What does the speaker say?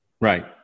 Right